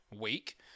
week